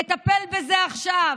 תטפל בזה עכשיו.